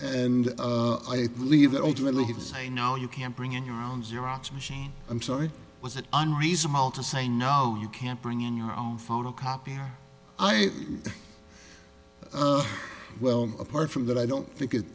and i believe that ultimately he'd say no you can't bring in your own xerox machine i'm sorry was it unreasonable to say no you can't bring in your own phone a copy i well apart from that i don't think it